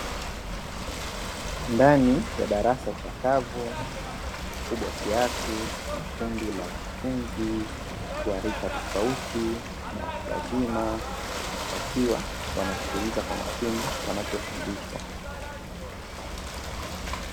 Ndani ya darasa chakavu kubwa kiasi, kundi la wanafunzi wa rika tofauti na watu wazima wakiwa wanaskiliza kwa makini wanachofundishwa.